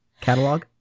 catalog